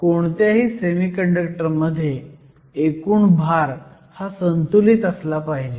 कोणत्याही semiconductor मध्ये एकूण भार हा संतुलित असला पाहिजे